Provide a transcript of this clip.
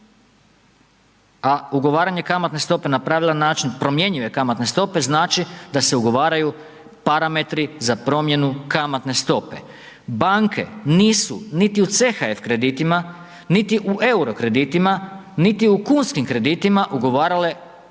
a ugovaranje kamatne stope na pravilan način promjenjive kamatne stope znači da se ugovaraju parametri za promjenu kamatne stope. Banke nisu niti u CHF kreditima niti u euro kreditima, niti u kunskim kreditima ugovarale kamatnu